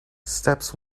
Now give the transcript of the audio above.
steps